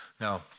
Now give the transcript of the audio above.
Now